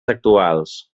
actuals